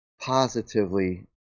Positively